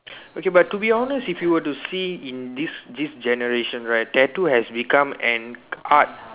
okay but to be honest if you were to see in this this generation right tattoo has become an art